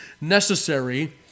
necessary